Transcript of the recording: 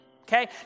Okay